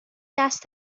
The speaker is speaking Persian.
دست